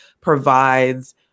provides